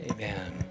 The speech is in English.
Amen